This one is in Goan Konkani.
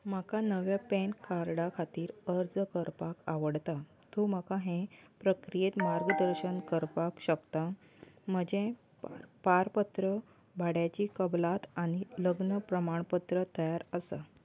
म्हाका नव्या पॅनकार्डा खातीर अर्ज करपाक आवडटा तूं म्हाका हे प्रक्रियेंत मार्गदर्शन करपाक शकता म्हजें पारपत्र भाड्याची कबलात आनी लग्न प्रमाणपत्र तयार आसा